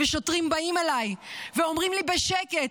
שוטרים באים אליי ואומרים לי בשקט: